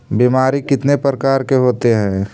बीमारी कितने प्रकार के होते हैं?